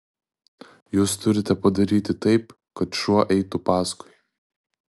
jūs turite padaryti taip kad šuo eitų paskui